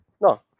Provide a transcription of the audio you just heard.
No